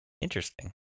Interesting